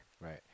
Right